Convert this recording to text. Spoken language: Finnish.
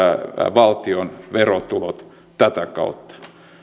valtion verotulot tätä kautta